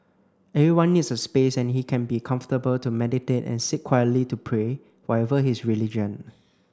everyone needs a space and he can be comfortable to meditate and sit quietly to pray whatever his religion